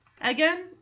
Again